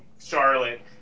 Charlotte